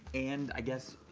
and i guess,